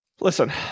listen